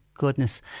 goodness